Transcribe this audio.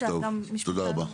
טוב, תודה רבה.